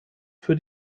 für